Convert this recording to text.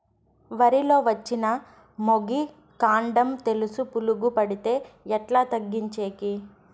వరి లో వచ్చిన మొగి, కాండం తెలుసు పురుగుకు పడితే ఎట్లా తగ్గించేకి?